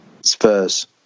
Spurs